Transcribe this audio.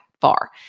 far